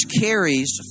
carries